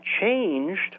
changed